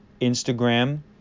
Instagram